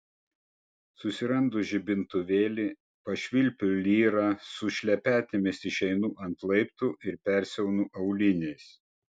susirandu žibintuvėlį pašvilpiu lyrą su šlepetėmis išeinu ant laiptų ir persiaunu auliniais